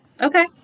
okay